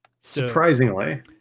Surprisingly